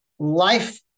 Life